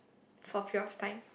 for a period of time